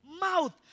mouth